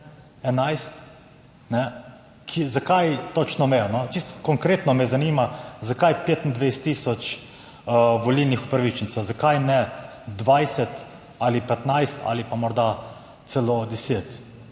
11? Zakaj točno mejo? Čisto konkretno me zanima, zakaj 25 tisoč volilnih upravičencev, zakaj ne 20 tisoč ali 15 tisoč ali pa morda celo 10